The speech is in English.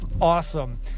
awesome